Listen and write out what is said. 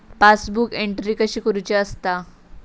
Passbook entry कशी करुची असता?